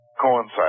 coincide